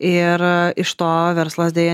ir iš to verslas deja